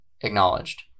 acknowledged